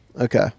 okay